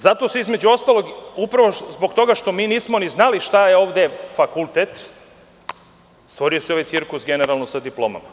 Zato se, između ostalog, upravo zbog toga što mi nismo znali šta je ovde fakultet, stvorio se ovaj cirkus sa diplomama.